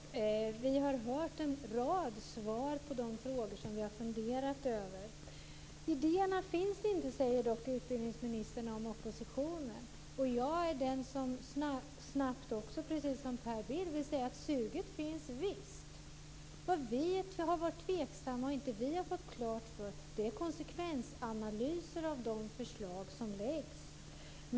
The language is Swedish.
Fru talman! Vi har hört en rad svar på de frågor som vi har funderat över. Idéerna finns inte, säger dock utbildningsministern om oppositionen. Jag vill precis som Per Bill snabbt säga: Visst finns suget. Vad vi har varit tveksamma till är att det inte finns konsekvensanalyser av de förslag som läggs fram.